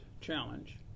challenge